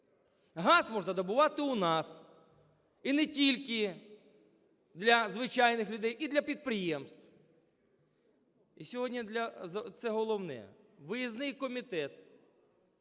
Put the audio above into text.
Газ можна добувати у нас і не тільки для звичайних людей, і для підприємств. Сьогодні… Це головне: виїзний Комітет